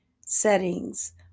settings